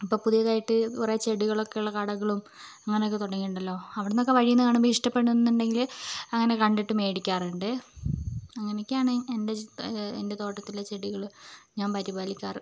അപ്പോൾ പുതിയതായിട്ട് കുറെ ചെടികളൊക്കെയുള്ള കടകളും അങ്ങനെയൊക്കെ തുടങ്ങിയിട്ടുണ്ടല്ലൊ അവിടുന്നൊക്കെ വഴിയിൽ നിന്നൊക്കെ കാണുമ്പോൾ ഇഷ്ട്ടപ്പെടുന്നുണ്ടെങ്കില് അങ്ങനെ കണ്ടിട്ട് മേടിക്കാറുണ്ട് അങ്ങനെ ഒക്കെയാണ് എൻ്റെ തോട്ടത്തിലെ ചെടികള് ഞാൻ പരിപാലിക്കാറ്